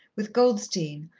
with goldstein,